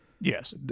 yes